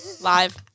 live